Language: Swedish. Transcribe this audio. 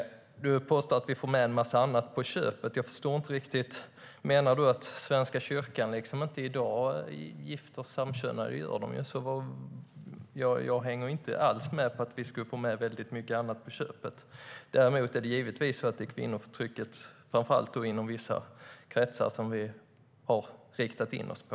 Du påstår att vi får med en massa andra på köpet, Hillevi Larsson. Jag förstår inte riktigt. Menar du att Svenska kyrkan inte kan viga samkönade par? Det gör man ju. Jag hänger inte alls med på att vi skulle få väldigt många andra på köpet. Däremot är det givetvis kvinnoförtrycket framför allt inom vissa kretsar som vi har riktat in oss på.